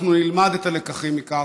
אנחנו נלמד את הלקחים מכך,